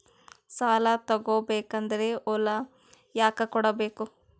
ಸಾಲ ತಗೋ ಬೇಕಾದ್ರೆ ಹೊಲ ಯಾಕ ಕೊಡಬೇಕು?